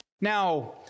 Now